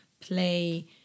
play